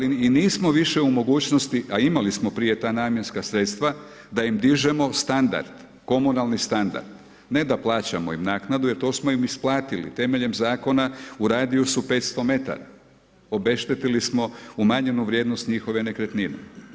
I nismo više u mogućnosti, a imali smo prije ta namjenska sredstva da im dižemo standard, komunalni standard, ne da plaćamo im naknadu jer to smo im isplatiti temeljem zakona u radijusu 500 m, obeštetili smo umanjenu vrijednost njihove nekretnine.